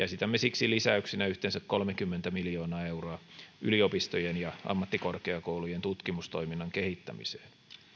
esitämme siksi lisäyksenä yhteensä kolmekymmentä miljoonaa euroa yliopistojen ja ammattikorkeakoulujen tutkimustoiminnan kehittämiseen